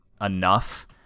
enough